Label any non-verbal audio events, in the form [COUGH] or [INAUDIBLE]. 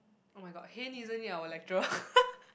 oh-my-god Hayne isn't it our lecturer [LAUGHS]